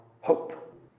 hope